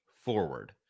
forward